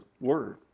word